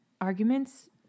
arguments